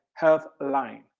HealthLine